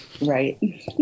Right